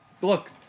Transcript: Look